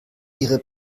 ihre